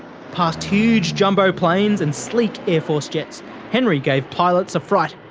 past huge jumbo planes and sleek air force jets henry gave pilots a fright.